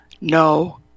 no